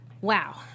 wow